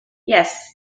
yes